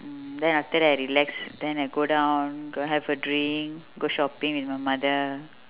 mm then after that I relax then I go down go have a drink go shopping with my mother